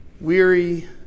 weary